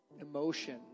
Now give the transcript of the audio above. emotion